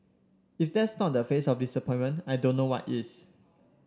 if that's not the face of disappointment I don't know what is